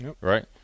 right